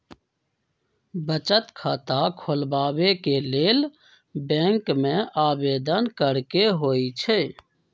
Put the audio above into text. बचत खता खोलबाबे के लेल बैंक में आवेदन करेके होइ छइ